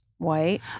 white